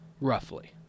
roughly